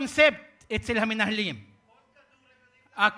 יש קונספט אצל המנהלים, הכול,